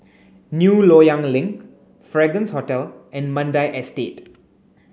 New Loyang Link Fragrance Hotel and Mandai Estate